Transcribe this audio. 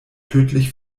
tödlich